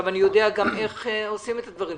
אני גם יודע איך עושים את הדברים.